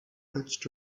touched